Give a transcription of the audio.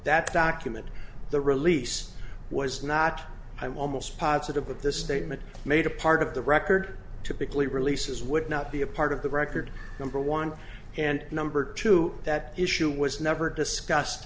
that document the release was not i'm almost positive that the statement made a part of the record typically releases would not be a part of the record number one and number two that issue was never discussed